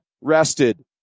rested